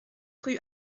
rue